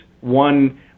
one